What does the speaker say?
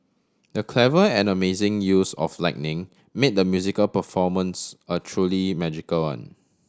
the clever and amazing use of lighting made the musical performance a truly magical one